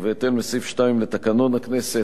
ובהתאם לסעיף 2 לתקנון הכנסת,